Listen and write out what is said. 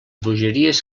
bogeries